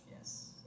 Yes